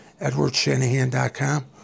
edwardshanahan.com